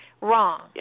Wrong